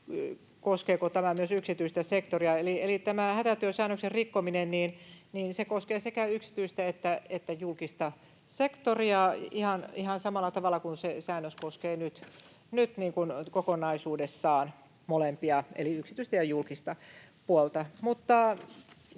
koskeeko tämä myös yksityistä sektoria. Tämä hätätyösäännöksen rikkominen koskee sekä yksityistä että julkista sektoria ihan samalla tavalla kuin se säännös koskee nyt kokonaisuudessaan molempia eli yksityistä ja julkista puolta.